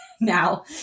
now